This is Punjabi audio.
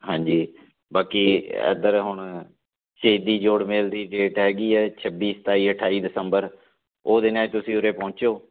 ਹਾਂਜੀ ਬਾਕੀ ਇੱਧਰ ਹੁਣ ਸ਼ਹੀਦੀ ਜੋੜ ਮੇਲ ਦੀ ਡੇਟ ਹੈਗੀ ਹੈ ਛੱਬੀ ਸਤਾਈ ਅਠਾਈ ਦਸੰਬਰ ਉਹ ਦਿਨਾਂ 'ਚ ਤੁਸੀਂ ਉਰੇ ਪਹੁੰਚੋ